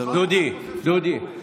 דודי, דודי, תודה.